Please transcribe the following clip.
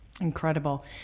Incredible